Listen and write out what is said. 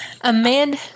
Amanda